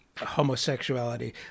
homosexuality